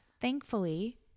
Thankfully